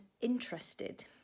interested